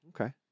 Okay